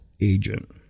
agent